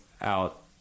out